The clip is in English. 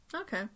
Okay